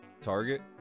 Target